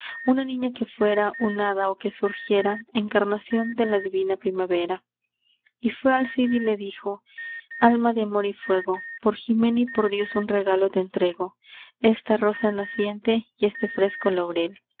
una niña que fuera un hada o que surgiera encarnación de la divina primavera y fué al cid y le dijo alma de amor y fuego por jimena y por dios un regalo te entrego esta rosa naciente y este fresco